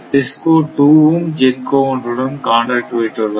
DISCO 2 ம் GENCO 1 உடன் contract வைத்துள்ளது